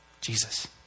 Jesus